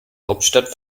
hauptstadt